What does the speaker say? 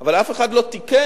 אבל אף אחד לא תיקן